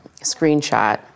screenshot